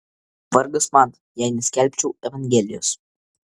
vargas man jei neskelbčiau evangelijos